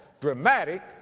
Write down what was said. dramatic